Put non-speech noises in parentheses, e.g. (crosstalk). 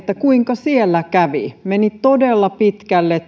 kuinka siellä kävi meni todella pitkälle (unintelligible)